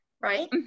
right